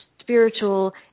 spiritual